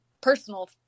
personal